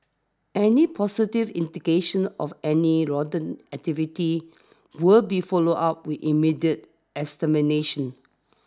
any positive indication of any rodent activity will be followed up with immediate extermination